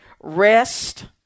rest